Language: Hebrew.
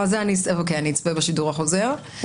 אוקיי, אצפה בשידור החוזר.